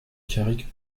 carrick